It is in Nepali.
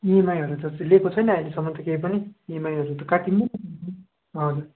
इएमआईहरू त लिएको छैन अहिलेसम्म त केही पनि इएमआईहरू त काटिनु नपर्ने हो हजुर